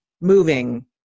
moving